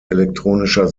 elektronischer